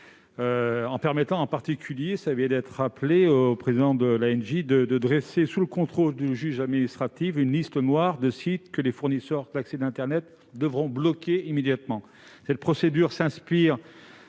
en permettant en particulier au président de l'ANJ de dresser, sous le contrôle du juge administratif, une liste noire de sites que les fournisseurs d'accès à internet devront bloquer immédiatement. Cette procédure s'inspire